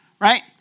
right